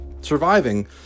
Surviving